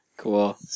Cool